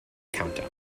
countdown